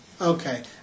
Okay